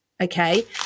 okay